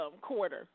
quarter